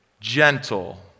gentle